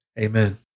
Amen